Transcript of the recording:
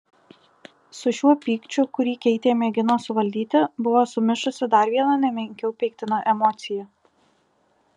su šiuo pykčiu kurį keitė mėgino suvaldyti buvo sumišusi dar viena ne menkiau peiktina emocija